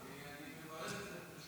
אני מברר.